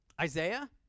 Isaiah